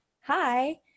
hi